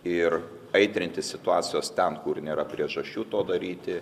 ir aitrinti situacijos ten kur nėra priežasčių to daryti